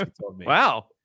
Wow